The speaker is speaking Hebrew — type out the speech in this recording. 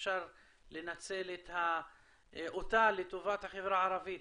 אפשר לנצל אותה לטובת החברה הערבית.